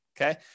okay